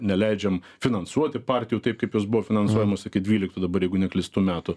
neleidžiam finansuoti partijų taip kaip jos buvo finansuojamos iki dvyliktų dabar jeigu neklystu metų